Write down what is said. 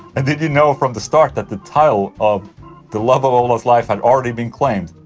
and did you know from the start that the title of the love of ola's life had already been claimed?